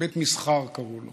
בית מסחר קראו לו.